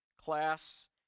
class